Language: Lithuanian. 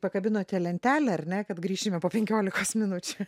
pakabinote lentelę ar ne kad grįšime po penkiolikos minučių